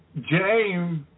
James